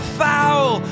foul